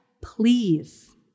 please